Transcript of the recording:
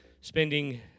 spending